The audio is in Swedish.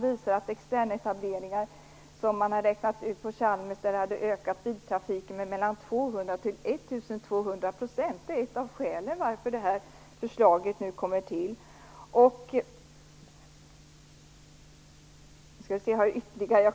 Chalmers har räknat ut att externetableringar ökat biltrafiken med mellan 200 och 1 200 %. Det är ett av skälen till att det här förslaget nu kommer till.